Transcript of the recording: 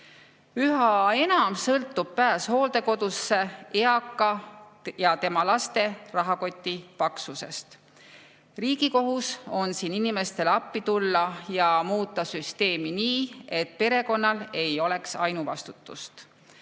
Üha enam sõltub pääs hooldekodusse eaka ja tema laste rahakoti paksusest. Riigi kohus on siin inimestele appi tulla ja muuta süsteemi nii, et perekonnal ei oleks ainuvastutust.